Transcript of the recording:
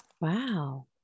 wow